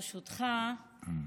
ברשותך,